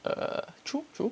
err true true